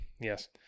Yes